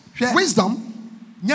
wisdom